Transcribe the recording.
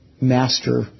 master